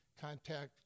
contact